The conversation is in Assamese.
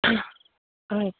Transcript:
হয়